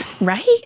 Right